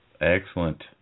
Excellent